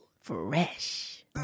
Fresh